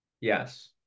Yes